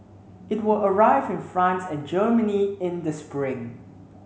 it will arrive in France and Germany in the spring